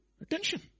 Attention